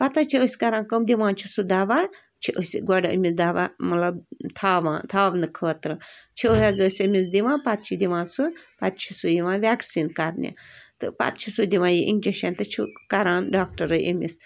پَتہٕ حظ چھِ أسۍ کَران کٲم دِوان چھِ سُہ دوا چھِ أسۍ گۄڈٕ أمہِ دوا مطلب تھاوان تھاونہٕ خٲطرٕ چھِ حظ أسۍ أمِس دِوان پَتہٕ چھِ دِوان سُہ پَتہٕ چھُ سُہ یِوان وٮ۪کسیٖن کَرنہِ تہٕ پَتہٕ چھِ سُہ دِوان یہِ اِنجَشَن تہِ چھُکھ کَران ڈاکٹَرٕے أمِس